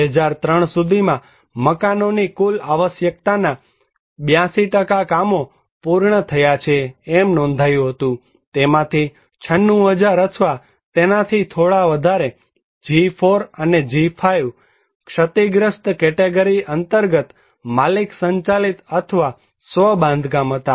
2003 સુધીમાં મકાનોની કુલ આવશ્યકતાના 82 કામો પૂર્ણ થયા છે એમ નોંધાયું હતું તેમાંથી 96000 અથવા તેનાથી થોડા વધારે G4 અને G5 ક્ષતિગ્રસ્ત કેટેગરી અંતર્ગત માલિક સંચાલિત અથવા સ્વ બાંધકામ હતા